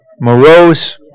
morose